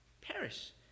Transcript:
perish